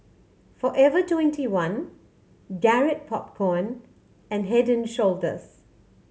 Forever Twenty one Garrett Popcorn and Head Shoulders